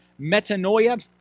metanoia